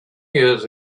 years